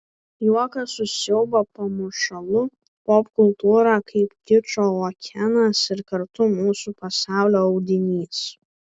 juokas su siaubo pamušalu popkultūra kaip kičo okeanas ir kartu mūsų pasaulio audinys